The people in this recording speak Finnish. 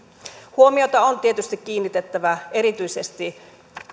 huomiota on tietysti kiinnitettävä erityisesti